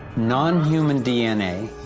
non-human dna,